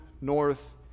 north